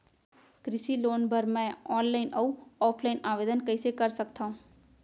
कृषि लोन बर मैं ऑनलाइन अऊ ऑफलाइन आवेदन कइसे कर सकथव?